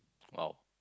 !wow!